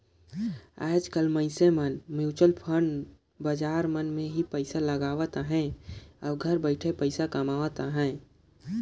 आएज काएल मइनसे मन म्युचुअल फंड बजार मन में ही पइसा लगावत अहें अउ घर बइठे पइसा कमावत अहें